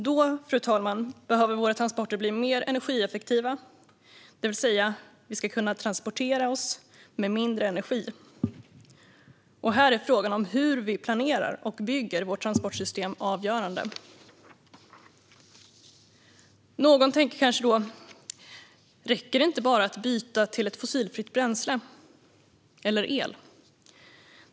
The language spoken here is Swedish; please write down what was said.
Då behöver våra transporter bli mer energieffektiva, det vill säga att vi ska kunna transportera oss med mindre energi. Här är frågan om hur vi planerar och bygger vårt transportsystem avgörande. Då kanske någon tänker: Räcker det inte att bara byta till ett fossilfritt bränsle eller el?